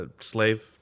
slave